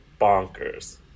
bonkers